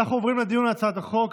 אנחנו עוברים לדיון בהצעת החוק.